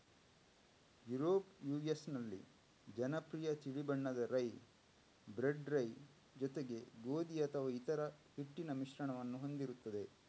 Europe US ನಲ್ಲಿ ಜನಪ್ರಿಯ ತಿಳಿ ಬಣ್ಣದ ರೈ, ಬ್ರೆಡ್ ರೈ ಜೊತೆಗೆ ಗೋಧಿ ಅಥವಾ ಇತರ ಹಿಟ್ಟಿನ ಮಿಶ್ರಣವನ್ನು ಹೊಂದಿರುತ್ತವೆ